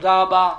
תודה רבה.